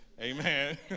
Amen